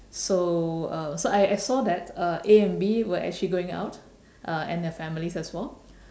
so uh so I I saw that uh A and B were actually going out uh and their families as well